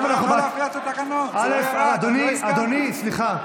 אדוני, סליחה,